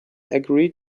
agree